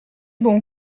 bon